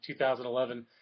2011